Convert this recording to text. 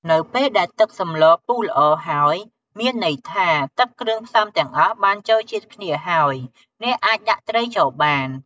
នៅពេលដែល ទឹកសម្លពុះល្អ ហើយ មានន័យថាទឹកគ្រឿងផ្សំទាំងអស់បានចូលជាតិគ្នាហើយ អ្នកអាច ដាក់ត្រីចូលបាន។